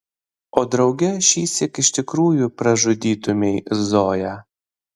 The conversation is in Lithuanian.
o drauge šįsyk iš tikrųjų pražudytumei zoją